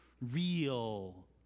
Real